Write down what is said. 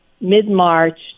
mid-March